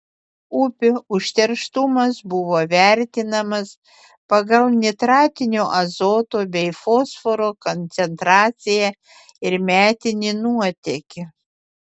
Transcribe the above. upių užterštumas buvo vertinamas pagal nitratinio azoto bei fosforo koncentraciją ir metinį nuotėkį